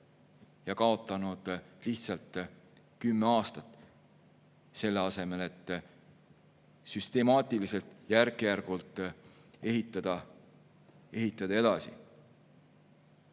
ja kaotanud lihtsalt kümme aastat, selle asemel et süstemaatiliselt ja järk-järgult edasi